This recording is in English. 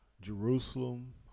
Jerusalem